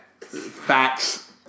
Facts